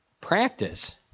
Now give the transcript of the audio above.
Practice